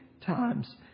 times